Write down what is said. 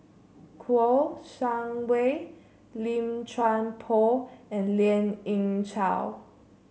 Kouo Shang Wei Lim Chuan Poh and Lien Ying Chow